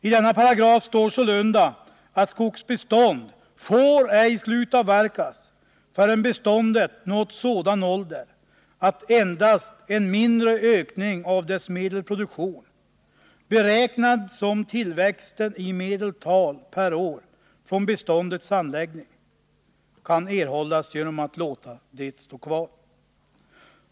I denna paragraf står sålunda att skogsbestånd ej får slutavverkas förrän beståndet nått sådan ålder att endast en mindre ökning av dess medelproduktion, beräknad som tillväxten i medeltal per år från beståndets anläggning, kan erhållas genom att man låter det stå kvar.